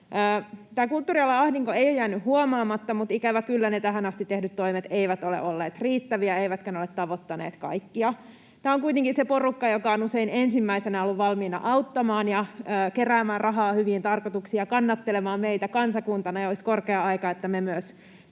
Tämä kulttuurialan ahdinko ei ole jäänyt huomaamatta, mutta ikävä kyllä ne tähän asti tehdyt toimet eivät ole olleet riittäviä eivätkä ne ole tavoittaneet kaikkia. Tämä on kuitenkin se porukka, joka on usein ensimmäisenä ollut valmiina auttamaan ja keräämään rahaa hyviin tarkoituksiin ja kannattelemaan meitä kansakuntana, ja olisi korkea aika, että me myös